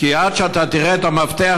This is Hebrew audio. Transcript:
כי עד שאתה תראה את המפתח,